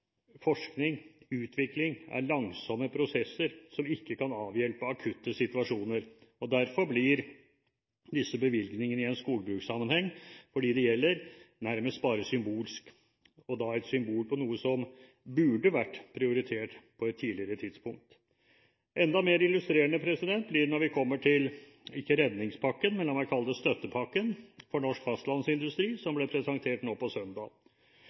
forskning og utvikling er langsomme prosesser som ikke kan avhjelpe akutte situasjoner. Derfor blir disse bevilgningene i en skogbrukssammenheng – for dem det gjelder – nærmest symbolsk, og da et symbol på noe som burde vært prioritert på et tidligere tidspunkt. Enda mer illustrerende blir det når vi kommer til – ikke redningspakken, men la meg kalle det – støttepakken for norsk fastlandsindustri som ble presentert